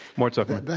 mort zuckerman.